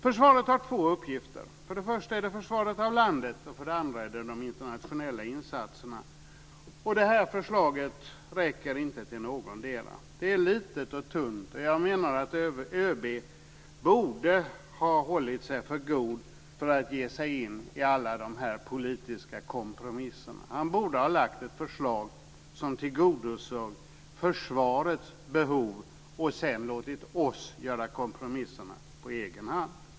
Försvaret har två uppgifter. För det första är det försvaret av landet, och för det andra är det de internationella insatserna. Det här förslaget räcker inte till någondera. Det är litet och tunt. Jag menar att ÖB borde ha hållit sig för god för att ge sig in i alla de här politiska kompromisserna. Han borde ha lagt fram ett förslag som tillgodosåg försvarets behov och sedan låtit oss göra kompromisserna på egen hand.